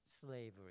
slavery